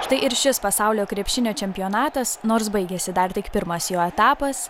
štai ir šis pasaulio krepšinio čempionatas nors baigėsi dar tik pirmas jo etapas